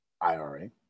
IRA